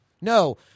No